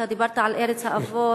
אתה דיברת על ארץ האבות,